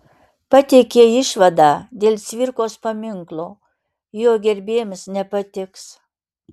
pateikė išvadą dėl cvirkos paminklo jo gerbėjams nepatiks